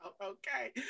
Okay